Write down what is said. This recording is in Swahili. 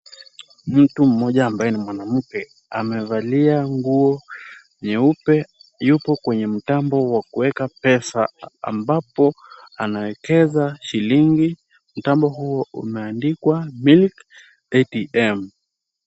Mtu mmoja ambaye ni mwanamke amevalia nguo nyeupe. Yupo kwenye mtambo wa kuweka pesa ambapo anawekeza shilingi. Mtambo huo umeandikwa milk ATM .